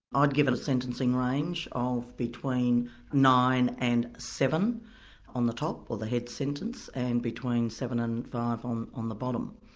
given a sentencing range of between nine and seven on the top, or the head sentence, and between seven and five on on the bottom.